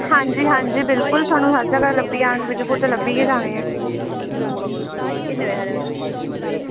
हां जी हां जी बिलकुल थुआनूं हर जगह लब्भी जान विजयपुर ते लब्भी गै जाने ऐ